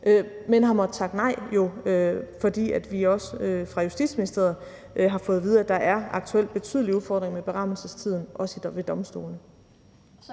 jeg har måttet takke nej, også fordi vi af Justitsministeriet har fået at vide, at der aktuelt er betydelige udfordringer med berammelsestiden ved domstolene.